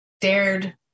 dared